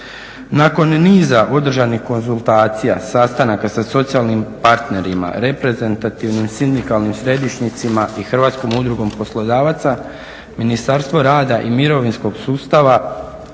Nakon niza održanih konzultacija, sastanaka sa socijalnim partnerima, reprezentativnim sindikalnim središnjicima i Hrvatskom udrugom poslodavaca, Ministarstvo rada i mirovinskog sustava